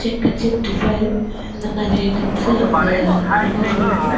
chicken sixty five இந்த மாதிரி items எனக்கு ரொம்ப பிடிக்கும்